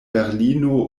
berlino